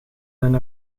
zijn